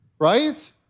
right